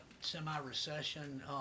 semi-recession